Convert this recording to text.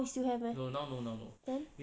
now still have meh then